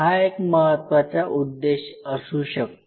हा एक महत्त्वाचा उद्देश्य असू शकतो